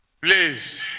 Please